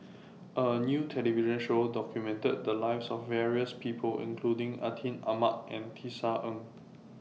A New television Show documented The Lives of various People including Atin Amat and Tisa Ng